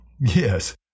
Yes